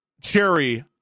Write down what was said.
cherry